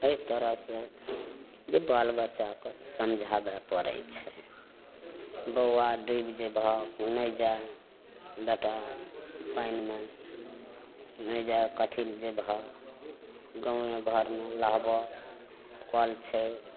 अइ तरहसँ जे बाल बच्चाके समझाबय पड़य छै बौआ डुबि जेबहऽ तू नहि जा बेटा पानिमे नहि जा कथी लए जेबहऽ गाँवे घरमे नहाबऽ कल छै